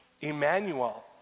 Emmanuel